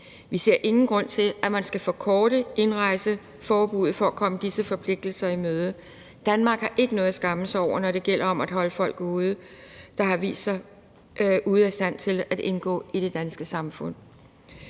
Vi ser ingen grund til, at man skal forkorte indrejseforbuddet for at komme disse forpligtelser i møde. Danmark har ikke noget at skamme sig over, når det gælder om at holde folk ude, der har vist sig ude af stand til at indgå i det danske samfund.